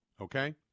Okay